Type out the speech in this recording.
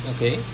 okay